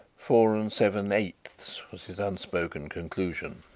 four and seven-eighths, was his unspoken conclusion.